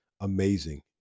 amazing